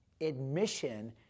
Admission